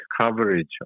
coverage